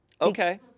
okay